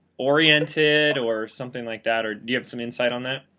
oriented or something like that or do you have some inside on that.